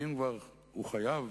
ואם כבר הוא חייב,